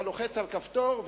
אתה לוחץ על כפתור,